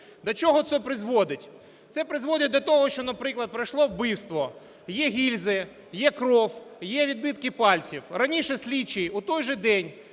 До чого це призводить? Це призводить до того, що, наприклад, пройшло вбивство, є гільзи, є кров, є відбитки пальців. Раніше слідчий в той же день,